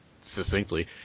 succinctly